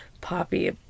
Poppy